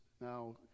Now